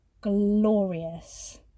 glorious